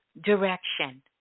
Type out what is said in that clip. direction